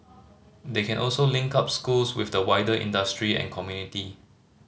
they can also link up schools with the wider industry and community